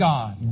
God